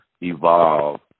evolve